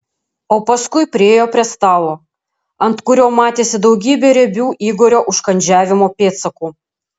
o paskui priėjo prie stalo ant kurio matėsi daugybė riebių igorio užkandžiavimo pėdsakų